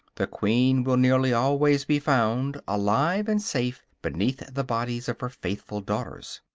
the queen will nearly always be found, alive and safe, beneath the bodies of her faithful daughters.